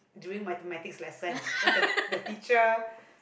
during Mathematics lesson cause the the teacher